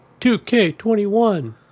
2K21